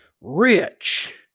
rich